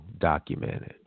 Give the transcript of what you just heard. documented